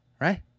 right